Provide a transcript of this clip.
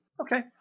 Okay